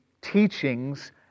teachings